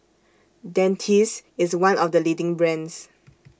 Dentiste IS one of The leading brands